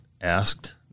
asked